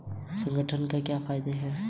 संगठन के क्या फायदें हैं?